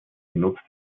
genutzt